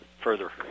further